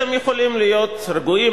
אתם יכולים להיות רגועים,